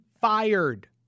fired